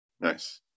Nice